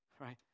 right